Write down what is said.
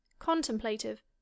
contemplative